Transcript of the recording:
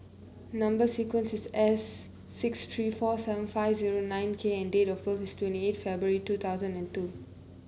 number sequence is S six three four seven five zero nine K and date of birth is twenty eight February two thousand and two